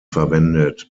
verwendet